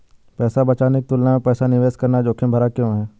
पैसा बचाने की तुलना में पैसा निवेश करना जोखिम भरा क्यों है?